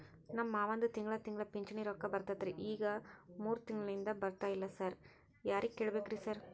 ನಮ್ ಮಾವಂದು ತಿಂಗಳಾ ತಿಂಗಳಾ ಪಿಂಚಿಣಿ ರೊಕ್ಕ ಬರ್ತಿತ್ರಿ ಈಗ ಮೂರ್ ತಿಂಗ್ಳನಿಂದ ಬರ್ತಾ ಇಲ್ಲ ಸಾರ್ ಯಾರಿಗ್ ಕೇಳ್ಬೇಕ್ರಿ ಸಾರ್?